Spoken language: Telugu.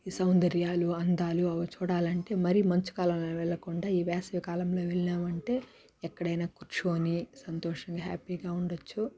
ఈ సౌందర్యాలు అందాలు అవి చూడాలంటే మరి మంచు కాలంలో వెళ్ళకుండా ఈ వేసవి కాలంలో వెళ్ళమంటే ఎక్కడైనా కూర్చోని సంతోషంగా హ్యాపీగా ఉండచ్చు